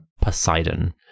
Poseidon